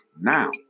now